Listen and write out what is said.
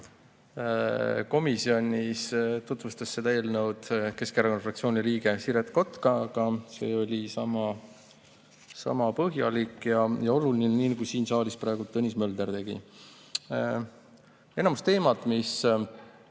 Komisjonis tutvustas eelnõu Keskerakonna fraktsiooni liige Siret Kotka. See oli sama põhjalik ja oluline, nagu siin saalis praegu Tõnis Mölder tegi. Enamik teemasid, mis